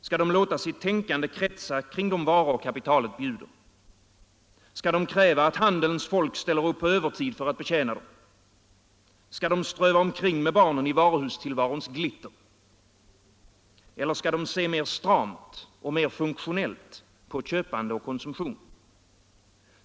Skall de låta sitt tänkande kretsa kring de varor kapitalet bjuder ut? Skall de kräva att handelns folk ställer upp på övertid för att betjäna dem? Skall de ströva omkring med barnen i varuhustillvarons glitter? Eller skall de se mer stramt och funktionellt på köpande och konsumtion?